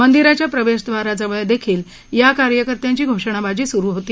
मंदिराच्या प्रवेश द्वाराजवळ देखील या कारकर्त्यांची घोषणाबाजी सुरु होती